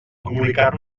comunicar